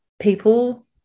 people